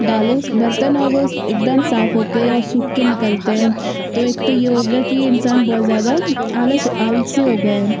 डालो बर्तन और वो एकदम साफ हो के और सूख के निकलते है तो एक तो ये हो गया कि इंसान बहुत ज़्यादा आलसी हो गए है